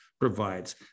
provides